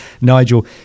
Nigel